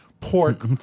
pork